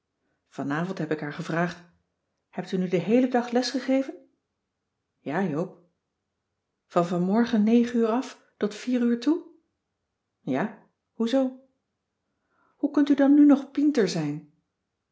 vanavond heb ik haar gevraagd hebt u nu den heelen dag les gegeven ja joop van vanmorgen negen uur af tot vier uur toe ja hoezoo hoe kunt u dan nu nog pienter zijn